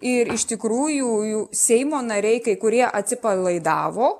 ir iš tikrųjų seimo nariai kai kurie atsipalaidavo